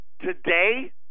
Today